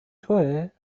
تویه